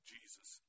Jesus